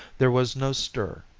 there was no stir,